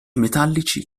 metallici